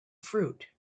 fruit